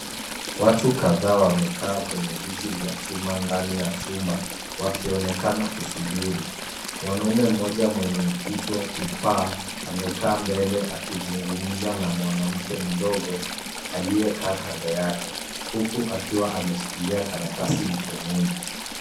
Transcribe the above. Watu kadhaa wamekaa kwenye viti vya chuma ndani ya chumba wakionekana kusubiri. Mwanamume mmoja mwenye kichwa kipaa amekaa mbele akizungumza na mwanamke mdogo aliyekaa kando yake huku akiwa ameshikilia karatasi mkononi.